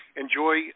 Enjoy